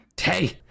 Hey